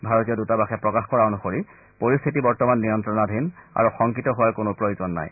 ভাৰতীয় দূতাবাসে প্ৰকাশ কৰা অনুসৰি পৰিস্থিতি বৰ্তমান নিয়ন্ত্ৰণাধীন আৰু শংকিত হোৱাৰ কোনো প্ৰয়োজন নাই